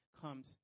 comes